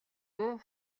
буу